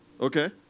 Okay